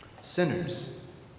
Sinners